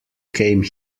came